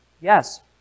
Yes